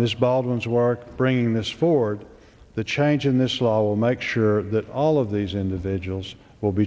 this baldwins who are bringing this forward the change in this law will make sure that all of these individuals will be